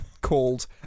Called